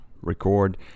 record